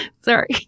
Sorry